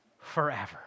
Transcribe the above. forever